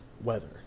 weather